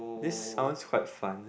this sounds quite fun